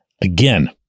again